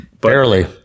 barely